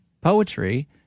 poetry